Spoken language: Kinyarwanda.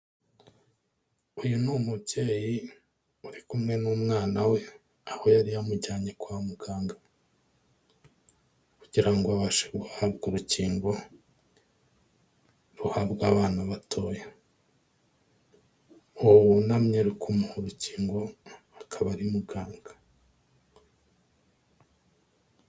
Uyu ni umubyeyi uri kumwe n'umwana we, aho yari yamujyanye kwa muganga kugira ngo abashe guhabwa urukingo ruhabwa abana batoya, uwo wunamye uri kumuha urukingo akaba ari muganga.